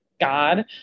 god